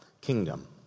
kingdom